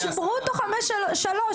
שזה ברוטו 5.3,